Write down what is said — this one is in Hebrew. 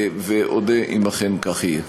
אודה אם אכן כך יהיה.